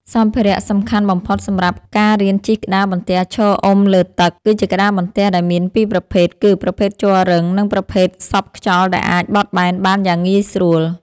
សម្ភារៈសំខាន់បំផុតសម្រាប់ការរៀនជិះក្តារបន្ទះឈរអុំលើទឹក គឺក្តារបន្ទះ ដែលមានពីរប្រភេទគឺ ប្រភេទជ័ររឹង និងប្រភេទសប់ខ្យល់ដែលអាចបត់បែនបានយ៉ាងងាយស្រួល។